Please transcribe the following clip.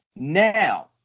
Now